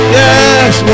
yes